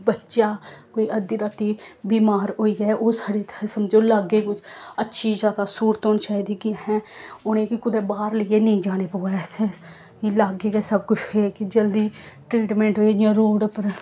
बच्चा कोई अद्धी राती बीमार होई जाए ओह् साढ़ी समझो लाग्गै अच्छी जैदा स्हूलत होनी चाहिदी कि अस उ'नें गी कुतै बाह्र लेइयै नेईं जाने पवै असें लाग्गे गै सब कुछ एह् कि जल्दी ट्रीटमैंट होए इ'यां रोड़ पर